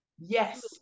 yes